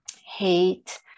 hate